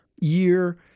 year